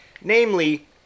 Namely